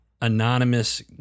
anonymous